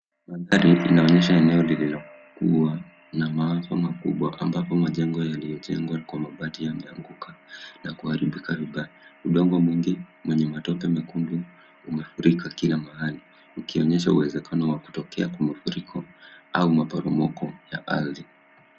Mandari inaonesha enoe lililokumbwa na maafa makubwa ambapo majengo yaliyojengwa kwa mabati yameanguka na kuharibika vibaya. Udongo mwingi na wenye matope mekundu umefurika kila mahali ikionyesha uwezekano wa kutokea mafuriko au maporomoko ya ardhi.